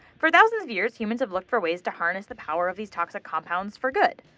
for thousands of years, humans have looked for ways to harness the power of these toxic compounds for good.